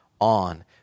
on